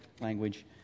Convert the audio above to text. language